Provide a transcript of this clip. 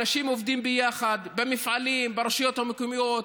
אנשים עובדים ביחד במפעלים, ברשויות המקומיות,